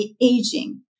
aging